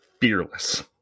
fearless